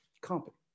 company